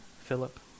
Philip